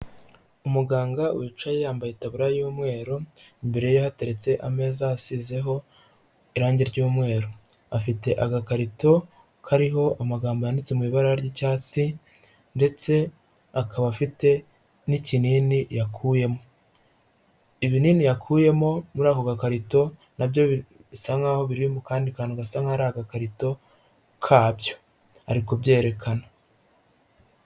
Umuganga wicaye yambaye itaburiya y'umweru, imbere ye hateretse ameza asizeho irangi ry'umweru. Afite agakarito kariho amagambo yanditse mu ibara ry'icyatsi ndetse akaba afite n'ikinini yakuyemo. Ibinini yakuyemo muri ako gakarito, na byo bisa nk'aho biri mu kandi kantu gasa nk'aho ari akakarito kabyo. Ari kubyerekana.